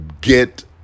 get